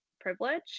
privilege